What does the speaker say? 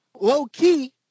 low-key